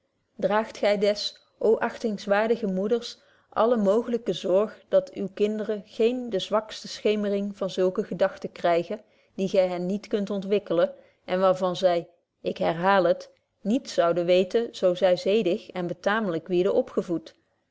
draagt gy des ô achtingswaardige betje wolff proeve over de opvoeding moeders alle mooglyke zorg dat uwe kinderen geene de zwakste scheemering van zulke gedagten krygen die gy hen niet kunt ontwikkelen en waar van zy ik herhaal het niets zouden weten zo zy zedig en betaamlyk wierden opgevoed